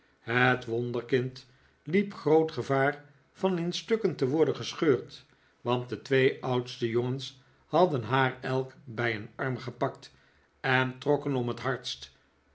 het wonderkind liep groot gevaar van in stukken te worden gescheurd want de twee oudste jongens hadden haar elk bij een arm gepakt en trokken om het hardst